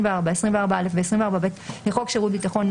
24א ו-24ב לחוק שירות בטחון ,